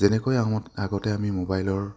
যেনেকৈ আগতে আমি মোবাইলৰ